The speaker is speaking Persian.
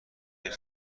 این